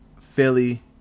Philly